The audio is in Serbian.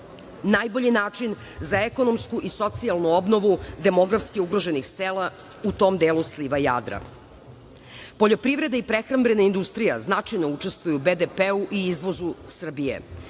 najbolji način za ekonomsku i socijalnu obnovu demografski ugroženih sela u tom delu sliva „Jadra“.Poljoprivreda i prehrambena industrija značajno učestvuju u BDP-u i izvozu Srbije.